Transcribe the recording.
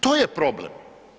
To je problem.